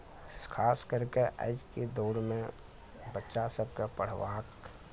खास करके आइके दौड़मे बच्चा सबके पढ़बाक